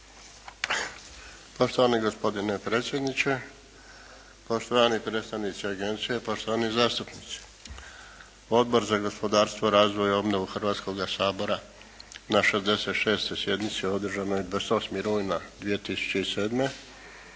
Poštovani gospodine predsjedniče, poštovani predstavnici agencije, poštovani zastupnici. Odbor za gospodarstvo, razvoj i obnovu Hrvatskoga sabora na 66 sjednici održanoj 28. rujna 2007.